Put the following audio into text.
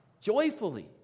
joyfully